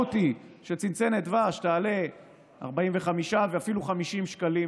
והמשמעות היא שצנצנת דבש תעלה 45 ואפילו 50 שקלים